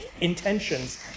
intentions